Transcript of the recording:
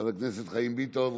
חבר הכנסת חיים ביטון,